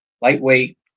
lightweight